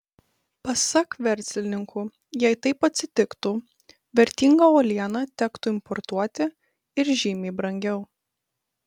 pasak verslininkų jei taip atsitiktų vertingą uolieną tektų importuoti ir žymiai brangiau